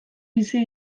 bizi